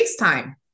FaceTime